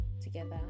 together